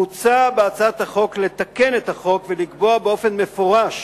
מוצע בהצעת החוק לתקן את החוק ולקבוע באופן מפורש